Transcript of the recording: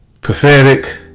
Pathetic